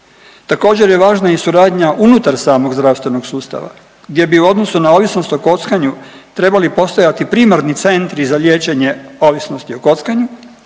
Također je važna i suradnja unutar samog zdravstvenog sustava, gdje bi u odnosu na ovisnost o kockanju trebali postojati primarni centri za ličenje ovisnosti o kockanju,